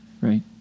Right